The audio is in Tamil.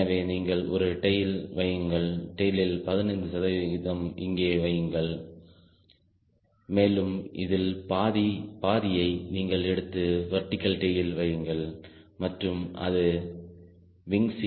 எனவே நீங்கள் ஒரு டெயில் வையுங்கள் டெயிலில் 15 சதவிகிதம் இங்கே வையுங்கள் மேலும் இதில் பாதியை நீங்கள் எடுத்து வெர்டிகல் டெயிலில் வையுங்கள் மற்றும் இது விங் C